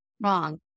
wrong